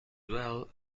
well